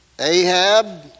Ahab